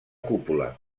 cúpula